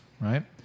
right